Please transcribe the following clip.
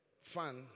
fun